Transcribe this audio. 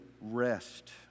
rest